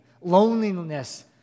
loneliness